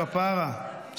כפרה,